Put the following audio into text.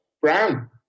brown